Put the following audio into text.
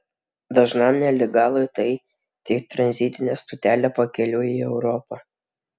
dažnam nelegalui tai tik tranzitinė stotelė pakeliui į europą